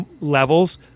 levels